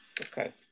Okay